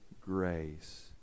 grace